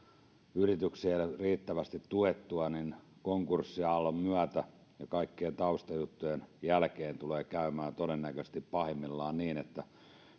yrityksiä riittävästi tuettua niin konkurssiaallon myötä ja kaikkien taustajuttujen jälkeen tulee käymään todennäköisesti pahimmillaan niin että